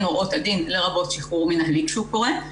הוראות הדין לרבות שחרור מינהלי כשהוא קורה,